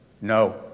No